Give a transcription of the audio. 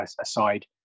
aside